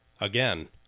Again